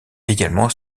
également